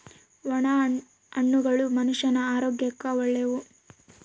ಒಣ ಹಣ್ಣುಗಳು ಮನುಷ್ಯನ ಆರೋಗ್ಯಕ್ಕ ಒಳ್ಳೆವು